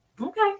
Okay